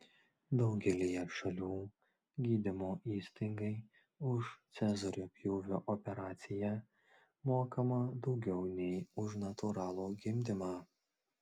daugelyje šalių gydymo įstaigai už cezario pjūvio operaciją mokama daugiau nei už natūralų gimdymą